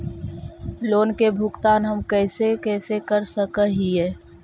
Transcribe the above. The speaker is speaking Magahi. लोन के भुगतान हम कैसे कैसे कर सक हिय?